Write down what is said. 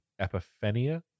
epiphenia